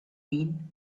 mean